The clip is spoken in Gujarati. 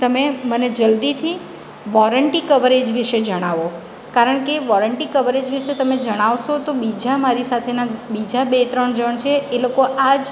તમે મને જલ્દીથી વૉરંટી કવરેજ વિશે જણાવો કારણ કે વૉરંટી કવરેજ વિશે તમે જણાવશો તો બીજા મારી સાથેના બીજા બે ત્રણ જણ છે એ લોકો આ જ